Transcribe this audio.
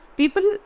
people